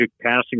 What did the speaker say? passing